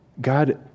God